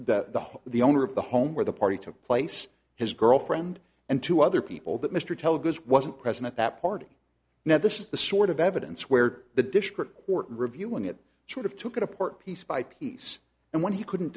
that the the owner of the home where the party took place his girlfriend and two other people that mr telegrams wasn't present at that party now this is the sort of evidence where the district court reviewing it should have took it apart piece by piece and when he couldn't